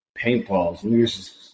paintballs